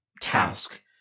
task